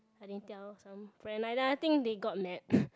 I didn't tell some friend like like I think they got mad